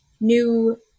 new